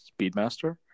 Speedmaster